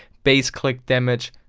baseclickdamage,